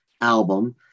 album